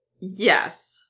Yes